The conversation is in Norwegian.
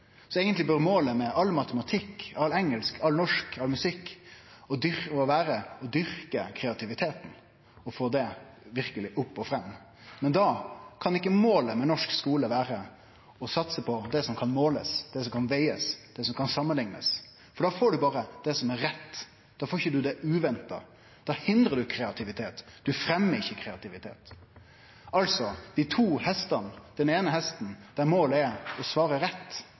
Så eigentleg bør målet med all matematikk, all engelsk, all norsk og all musikk vere å dyrke kreativiteten og verkeleg få den opp og fram. Men da kan ikkje målet med norsk skule vere å satse på det som kan målast, det som kan vegast, og det som kan samanliknast, for da får ein berre det som er rett, da får ein ikkje det uventa. Da hindrar ein kreativitet, ein fremjar ikkje kreativitet. Altså – dei to hestane: Den eine hesten, der målet er å svare rett